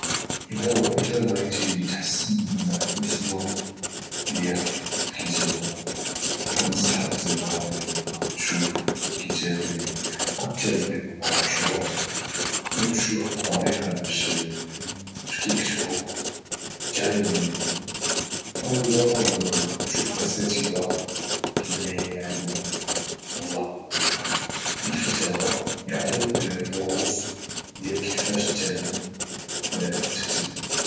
الى بغيتي تحسن الأسلوب ديالك في الكتابة فكنصحك زعما يعني تشوف الكتاب اللي هما مشهورين او تشوف الطريقة باش كيكتبو وتعلم منهم اولى تشوف اساتدة اللي عندهم علاقة بالكتابة يعطيوك دروس ديال كفاش تعلم تكتب